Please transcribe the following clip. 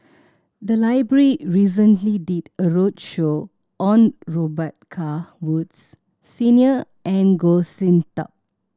the library recently did a roadshow on Robet Carr Woods Senior and Goh Sin Tub